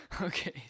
okay